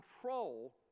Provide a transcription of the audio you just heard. control